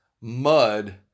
Mud